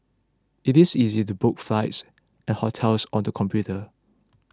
it is easy to book flights and hotels on the computer